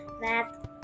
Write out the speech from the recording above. math